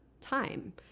time